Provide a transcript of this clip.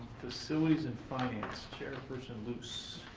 facilities and finance. chair person loose.